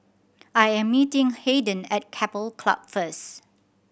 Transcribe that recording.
I am meeting Hayden at Keppel Club first